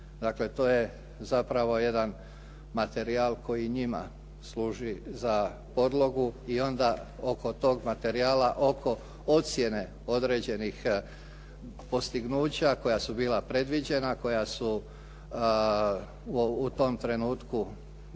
dakle to je zapravo jedan materijal koji njima služi za podlogu i onda oko tog materijala oko ocjene određenih postignuća koja su bila predviđena koja su u tom trenutku